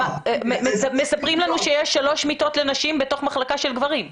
לנו יש הרבה מחסומים במחלקה כי חלק מהבעיות הוא שזאת